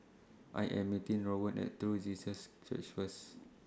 I Am meeting Rowan At True Jesus Church First